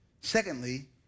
Secondly